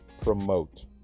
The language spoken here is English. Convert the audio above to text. promote